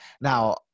Now